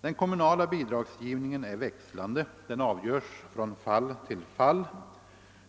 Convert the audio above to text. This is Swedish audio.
Den kommunala bidragsgivningen är växlande. Den avgörs från fall till fall.